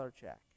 check